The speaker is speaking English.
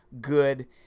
good